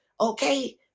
Okay